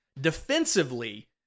Defensively